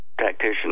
tactician